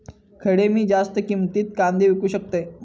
खडे मी जास्त किमतीत कांदे विकू शकतय?